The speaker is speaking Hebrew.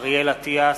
אריאל אטיאס,